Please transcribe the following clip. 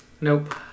Nope